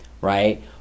right